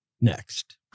next